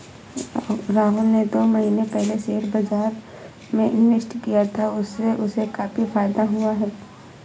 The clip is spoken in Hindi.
राहुल ने दो महीने पहले शेयर बाजार में इन्वेस्ट किया था, उससे उसे काफी फायदा हुआ है